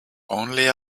only